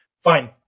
Fine